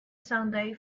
sunday